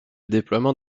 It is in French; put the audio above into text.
déploiement